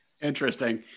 Interesting